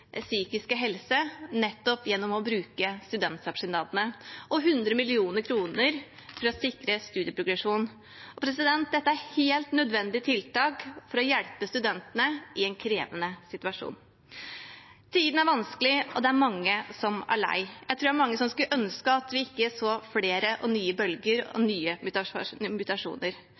psykiske helse gjennom å bruke studentsamskipnadene, og at de foreslår 100 mill. kr for å sikre studieprogresjon. Dette er helt nødvendige tiltak for å hjelpe studentene i en krevende situasjon. Det er vanskelige tider, og det er mange som er lei. Jeg tror det er mange som skulle ønske at vi ikke måtte se flere og nye bølger og nye